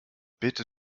bitte